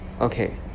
Okay